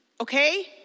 okay